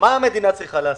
מה המדינה צריכה לעשות?